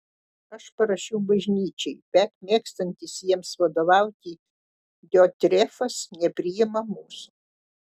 aš parašiau bažnyčiai bet mėgstantis jiems vadovauti diotrefas nepriima mūsų